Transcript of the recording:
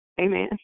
Amen